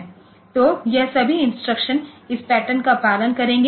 तो यह सभी इंस्ट्रक्शन इस पैटर्न का पालन करेंगे